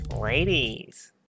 Ladies